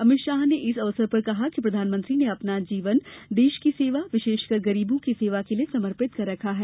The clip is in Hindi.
अमित शाह ने इस अवसर पर कहा कि प्रधानमंत्री ने अपना जीवन देश की सेवा विशेषकर गरीबों की सेवा के लिए समर्पित कर रखा है